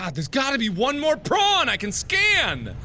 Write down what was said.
god that's got to be one more prawn i can scan,